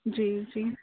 जी जी